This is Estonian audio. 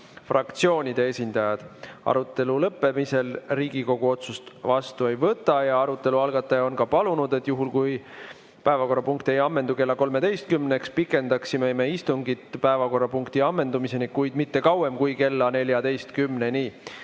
fraktsioonide esindajad. Arutelu lõppemisel Riigikogu otsust vastu ei võta. Arutelu algataja on ka palunud, et juhul, kui päevakorrapunkt ei ammendu kella 13-ks, me pikendaksime istungit päevakorrapunkti ammendumiseni, kuid mitte kauem kui kella 14-ni.